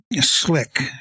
Slick